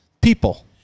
people